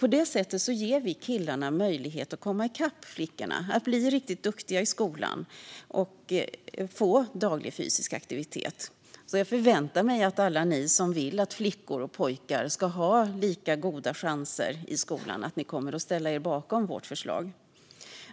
På det sättet ger vi killarna möjlighet att komma ikapp flickorna och bli riktigt duktiga i skolan samtidigt som de får daglig fysisk aktivitet. Jag förväntar mig därför att alla ni som vill att flickor och pojkar ska ha lika goda chanser i skolan ställer er bakom vårt förslag.